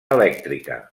elèctrica